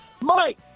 Mike